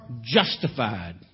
justified